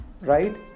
Right